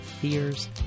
fears